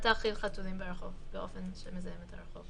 אל תאכיל חתולים ברחוב באופן שמזהם את הרחוב,